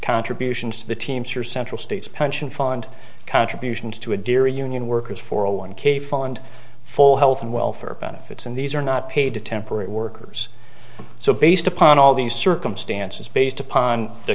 contributions to the teamsters central states pension fund contributions to a dear union workers for a one k fund for health and welfare benefits and these are not paid to temporary workers so based upon all these circumstances based upon the